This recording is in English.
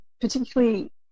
particularly